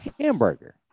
hamburger